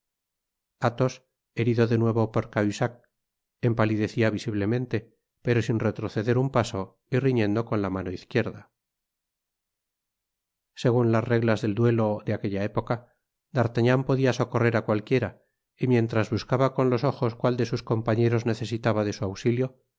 athos herido de nuevo por cahusac empalidecía visiblemente pero sin retroceder un paso y riñendo con la mano izquierda segun las reglas del duelo de aquella época d'artagnan podia socorrer á cualquiera y mientras buscaba con los ojos cual de sus compañeros necesitaba de su ausilio